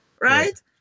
right